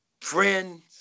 friend's